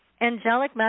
angelic